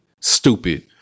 stupid